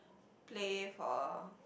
play for a